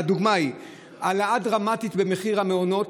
והדוגמה היא העלאה דרמטית במחיר המעונות.